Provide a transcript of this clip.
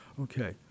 Okay